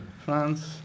France